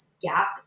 gap